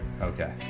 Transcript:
Okay